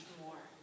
more